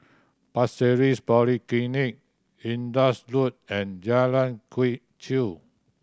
Pasir Ris Polyclinic Indus Road and Jalan Quee Chew